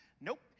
Nope